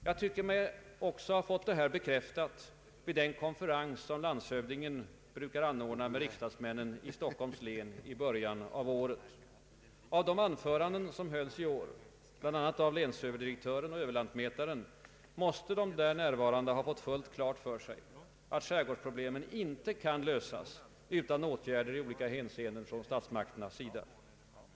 Jag tycker mig också ha fått detta bekräftat vid den konferens som landshövdingen brukar anordna med riksdagsmännen i Stockholms län i början av året. Av de anföranden som hölls i år, bl.a. av länsöverdirektören och överlantmätaren, måste de närvarande ha fått fullt klart för sig att skärgårdsproblemen icke kan lösas utan åtgärder i olika hänseenden från statsmakternas sida.